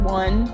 one